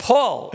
Paul